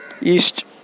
east